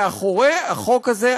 מאחורי החוק הזה,